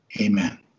Amen